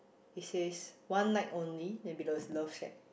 he says one night only then below is love shack